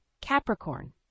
Capricorn